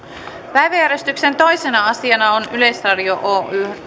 päiväjärjestyksen toisena asiana on yleisradio oyn